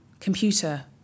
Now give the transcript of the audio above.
computer